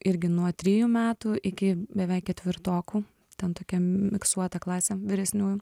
irgi nuo trijų metų iki beveik ketvirtokų ten tokia miksuota klasė vyresniųjų